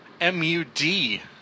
M-U-D